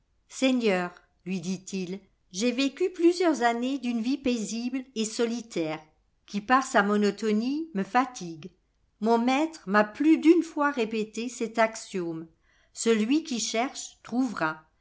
seigneur lui dit-il j'ai vécu plusieurs années d'une vie paisible et solitaire qui par sa monotonie me fatigue mon maître m'a plus d'une fois répété cet axiome celui qui cherche trouvera